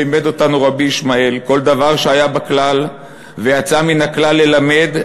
לימד אותנו רבי ישמעאל: כל דבר שהיה בכלל ויצא מן הכלל ללמד,